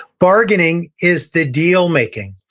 bargaining is the deal-making.